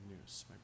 news